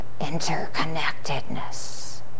interconnectedness